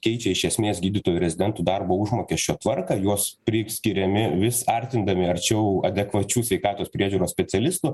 keičia iš esmės gydytojų rezidentų darbo užmokesčio tvarką juos priskiriami vis artindami arčiau adekvačių sveikatos priežiūros specialistų